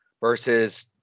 versus